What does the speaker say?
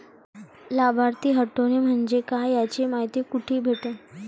लाभार्थी हटोने म्हंजे काय याची मायती कुठी भेटन?